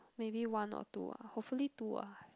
maybe one or two ah hopefully two ah